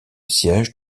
siège